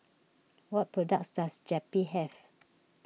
what products does Zappy have